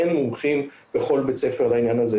אין מומחים בכל בית ספר לעניין הזה,